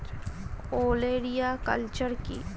ওলেরিয়া কালচার কি?